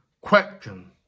question